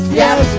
yes